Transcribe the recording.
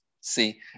see